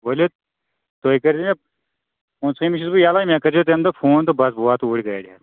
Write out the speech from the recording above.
ؤلِو تُہۍ کٔرۍزیو مےٚ پٕنژہٲمہِ چھُس بہٕ یَلَے مےٚ کٔرۍزیو تَمہِ دۄہ فون تہٕ بَس بہٕ واتہٕ اوٗرۍ گٲڑۍ ہٮ۪تھ